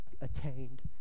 attained